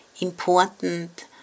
important